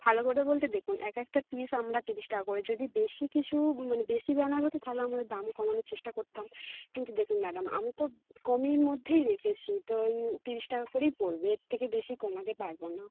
ভালো করে বলতে দেখুন এক একটা পিস আমরা তিরিশ টাকা করে যদি বেশি কিছু মানে বেশি ব্যানার হতো তাহলে আমরা দাম কমানোর চেষ্টা করতাম কিন্তু দেখুন ম্যাডাম আমি তো কমের মধ্যেই রেখেছি তো তিরিশ টাকা করেই পড়বে এর থেকে বেশি কমাতে পারবো না